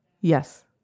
Yes